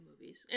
movies